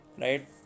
right